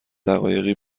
دقایقی